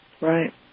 right